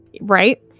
Right